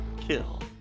kill